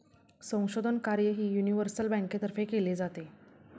संशोधन कार्यही युनिव्हर्सल बँकेतर्फे केले जाते